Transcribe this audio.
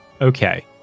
okay